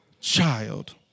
child